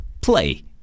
Play